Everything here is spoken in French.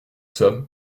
sommes